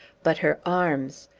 but her arms!